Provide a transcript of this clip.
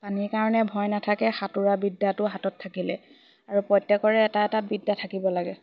পানীৰ কাৰণে ভয় নাথাকে সাঁতোৰা বিদ্যাটো হাতত থাকিলে আৰু প্ৰত্যেকৰে এটা এটা বিদ্যা থাকিব লাগে